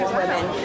women